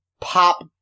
Pop